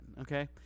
okay